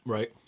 Right